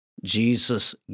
jesus